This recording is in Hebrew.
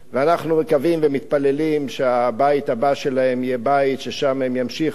ואנחנו מקווים ומתפללים שהבית הבא שלהם יהיה בית ששם הם ימשיכו,